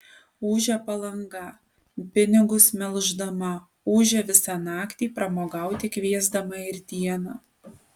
ūžia palanga pinigus melždama ūžia visą naktį pramogauti kviesdama ir dieną